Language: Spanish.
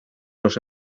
los